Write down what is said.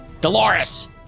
Dolores